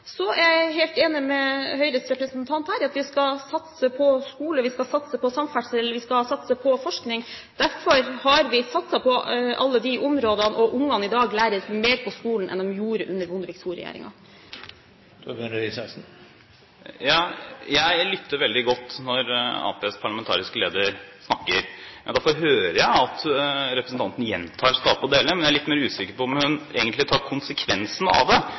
Så er jeg helt enig med Høyres representant her i at vi skal satse på skole, vi skal satse på samferdsel, og vi skal satse på forskning. Derfor har vi satset på alle disse områdene, og barn lærer mer på skolen i dag enn de gjorde under Bondevik II-regjeringen. Jeg lytter veldig godt når Arbeiderpartiets parlamentariske leder snakker. Jeg får høre at representanten gjentar «å skape og dele», men jeg er litt mer usikker på om hun egentlig tar konsekvensen av det.